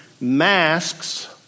masks